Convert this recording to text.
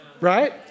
Right